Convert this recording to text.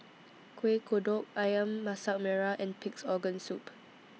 Kueh Kodok Ayam Masak Merah and Pig'S Organ Soup